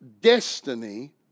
destiny